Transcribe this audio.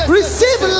receive